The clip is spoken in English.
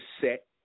set